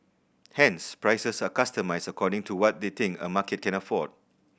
hence prices are customised according to what they think a market can afford